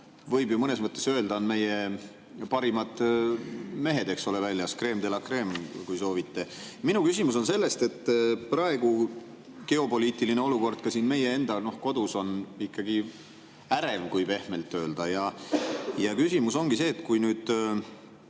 võib ju mõnes mõttes öelda, on meie parimad mehed, eks ole, väljas. Crème de la crème, kui soovite. Minu küsimus on selle kohta, et praegu on geopoliitiline olukord ka siin meie enda kodus ikkagi ärev, kui pehmelt öelda. Ja küsimus ongi see, et kui nüüd